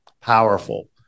powerful